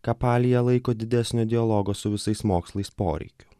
ką partija laiko didesnio dialogo su visais mokslais poreikio